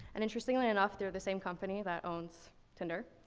and interestingly enough, they're the same company that owns tinder.